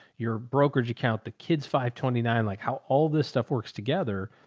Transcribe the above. your brokerage account, the kids five twenty nine, like how all this stuff works together.